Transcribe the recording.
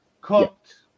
Cooked